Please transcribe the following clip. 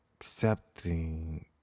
accepting